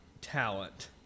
talent